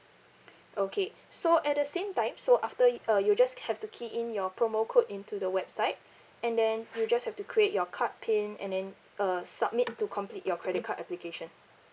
okay so at the same time so after uh you just have to key in your promo code into the website and then you just have to create your card PIN and then uh submit it to complete your credit card application